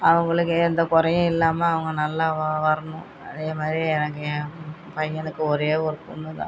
அவர்களுக்கு எந்த குறையும் இல்லாமல் அவங்க நல்லா வ வரணும் அதே மாதிரி எனக்கு என் பையனுக்கு ஒரே ஒரு பொண்ணுதான்